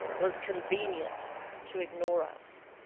it was convenient to ignore us.